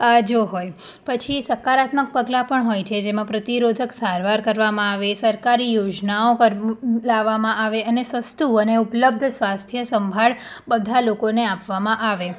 આજો હોય પછી સકારાત્મક પગલાં પણ હોય છે જેમાં પ્રતિરોધક સારવાર કરવામાં આવે સરકારી યોજનાઓ કરવી લાવામાં આવે અને સસ્તું અને ઉપલબ્ધ સ્વાસ્થ્યસંભાળ બધા લોકોને આપવામાં આવે